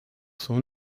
son